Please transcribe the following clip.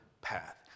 path